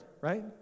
right